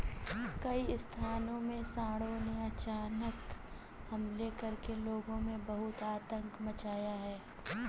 कई स्थानों में सांडों ने अचानक हमले करके लोगों में बहुत आतंक मचाया है